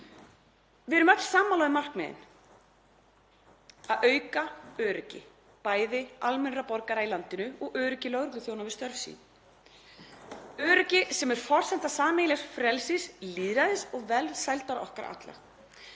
Við erum öll sammála um markmiðin, að auka öryggi bæði almennra borgara í landinu og öryggi lögregluþjóna við störf sín, öryggi sem er forsenda sameiginlegs frelsis, lýðræðis og velsældar okkar allra.